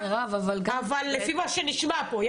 אבל לפי מה שנשמע פה,